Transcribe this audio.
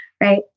right